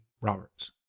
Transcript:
Roberts